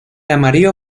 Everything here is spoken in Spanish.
amarillo